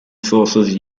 sources